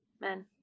men